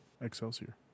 Excelsior